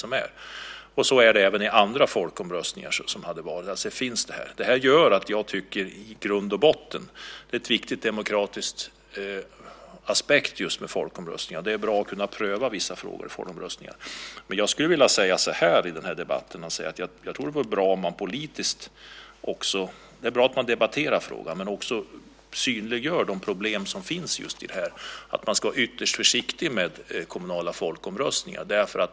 Så här har det varit även i andra folkomröstningar. Jag tycker att det i grund och botten finns en viktig demokratisk aspekt med folkomröstningar. Det är bra att kunna pröva vissa frågor i folkomröstningar. I det här fallet är det bra att man debatterar frågan men också synliggör de problem som finns. Man ska vara ytterst försiktig med kommunala folkomröstningar.